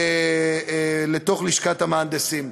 בתוך לשכת המהנדסים.